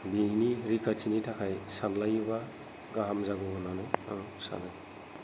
बेनि रैखाथिनि थाखाय सानलायोब्ला मोजां जागौ होननानै आं सानो